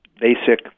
Basic